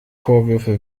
vorwürfe